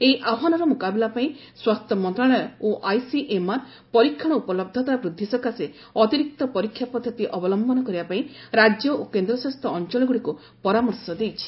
ଏହି ଆହ୍ଚାନର ମୁକାବିଲା ପାଇଁ ସ୍ୱାସ୍ଥ୍ୟ ମନ୍ତ୍ରଣାଳୟ ଓ ଆଇସିଏମ୍ଆର୍ ପରୀକ୍ଷଣ ଉପଲହ୍ଧତା ବୃଦ୍ଧି ସକାଶେ ଅତିରିକ୍ତ ପରୀକ୍ଷା ପଦ୍ଧତି ଅବଲମ୍ଭନ କରିବା ପାଇଁ ରାଜ୍ୟ ଓ କେନ୍ଦ୍ରଶାସିତ ଅଞ୍ଚଳଗୁଡ଼ିକୁ ପରାମର୍ଶ ଦେଇଛି